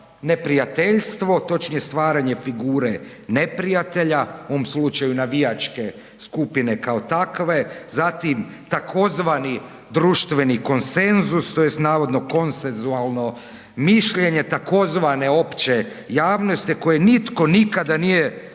neprijateljstvo, točnije stvaranje figure neprijatelja u ovom slučaju navijačke skupine kao takve, zatim tzv. društveni konsenzus tj. navodno konsensualno mišljenje tzv. opće javnosti koje nitko nikada nije